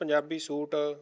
Punjabi suit